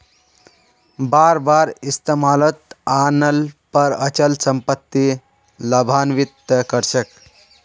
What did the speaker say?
बार बार इस्तमालत आन ल पर अचल सम्पत्ति लाभान्वित त कर छेक